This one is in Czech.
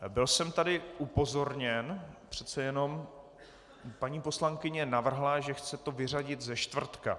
Byl jsem tady upozorněn přece jenom paní poslankyně navrhla, že to chce vyřadit ze čtvrtka.